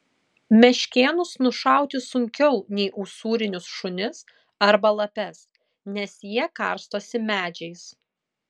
meškėnus nušauti sunkiau nei usūrinius šunis arba lapes nes jie karstosi medžiais